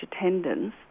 attendance